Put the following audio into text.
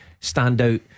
standout